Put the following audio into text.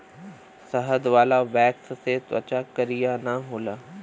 शहद वाला वैक्स से त्वचा करिया ना होला